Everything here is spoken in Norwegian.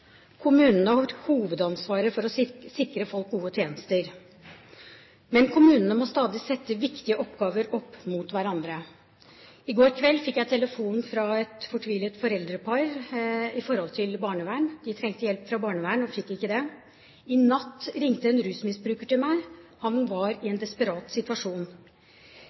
Kommunene har hovedansvaret for å sikre folk gode tjenester. Men kommunene må stadig sette viktige oppgaver opp mot hverandre. I går kveld fikk jeg en telefon fra et fortvilet foreldrepar. Det gjaldt barnevern. De trengte hjelp fra barnevernet, men fikk det ikke. I natt ringte en rusmisbruker til meg. Han var i en desperat situasjon.